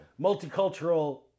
multicultural